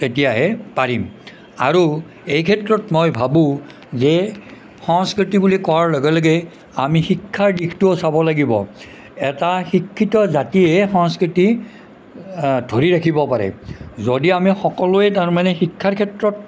তেতিয়াহে পাৰিম আৰু এই ক্ষেত্ৰত মই ভাবোঁ যে সংস্কৃতি বুলি কোৱাৰ লগে লগে আমি শিক্ষাৰ দিশটোও চাব লাগিব এটা শিক্ষিত জাতিয়ে সংস্কৃতি ধৰি ৰাখিব পাৰে গতিকে আমি সকলোৱে তাৰ মানে শিক্ষাৰ ক্ষেত্ৰত